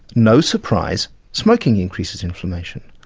no surprise smoking increases inflammation.